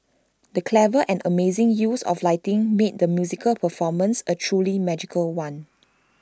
the clever and amazing use of lighting made the musical performance A truly magical one